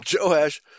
Joash